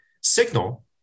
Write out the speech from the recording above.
signal